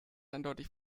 eindeutig